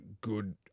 good